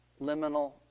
liminal